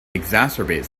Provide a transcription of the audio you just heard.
exacerbates